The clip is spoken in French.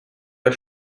pas